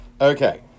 Okay